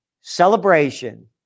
celebration